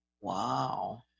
wow